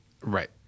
Right